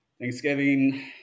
Thanksgiving